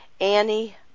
Annie